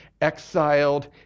exiled